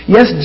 Yes